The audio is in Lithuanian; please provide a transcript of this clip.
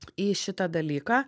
į šitą dalyką